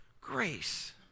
grace